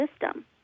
system